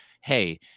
hey